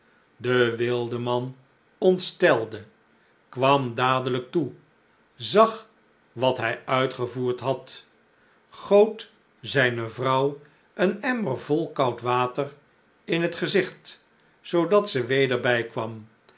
de wildeman ontstelde kwam dadelijk toe zag wat hij uitgevoerd had goot zijne vrouw een emmer vol koud water in t gezigt zoodat ze weder bijkwam